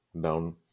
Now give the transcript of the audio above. down